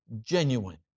genuine